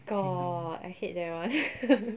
god I hate that [one]